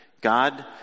God